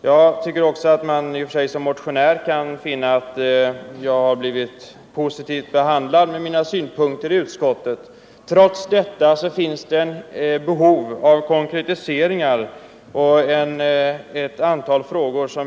Jag tycker också att jag i och för sig som motionär fått mina synpunkter positivt behandlade av utskottet. Trots detta finns det behov av att göra konkretiseringar och ställa ett antal frågor.